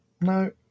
No